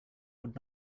would